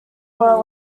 were